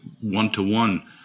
one-to-one